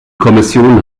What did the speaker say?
kommission